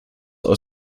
aus